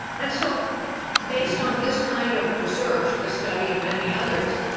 and so based on this kind of research, this study and many others,